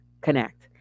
Connect